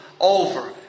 over